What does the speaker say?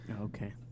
Okay